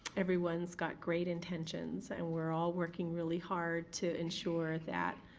everyone's got great intentions and we're all working really hard to ensure that,